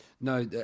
No